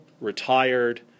retired